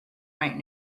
right